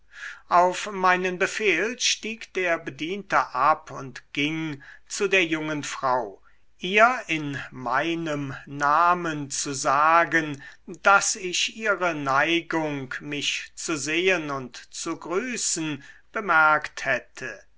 auf meinen befehl stieg der bediente ab und ging zu der jungen frau ihr in meinem namen zu sagen daß ich ihre neigung mich zu sehen und zu grüßen bemerkt hätte